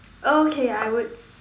okay I would